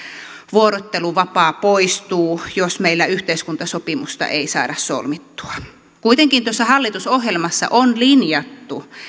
vuorotteluvapaa poistuu jos meillä yhteiskuntasopimusta ei saada solmittua että kuitenkin tuossa hallitusohjelmassa on linjattu